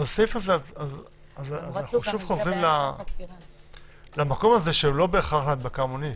אז שוב חוזרים למקום הזה שהוא לא בהכרח הדבקה המונית.